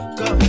go